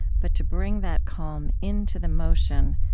but to bring that calm into the motion,